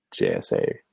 JSA